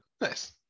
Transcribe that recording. nice